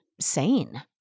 sane